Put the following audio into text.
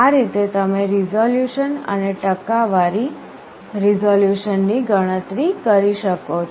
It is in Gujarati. આ રીતે તમે રિઝોલ્યુશન અને ટકાવારી રિઝોલ્યુશન ની ગણતરી કરી શકો છો